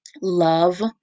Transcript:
love